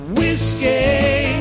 Whiskey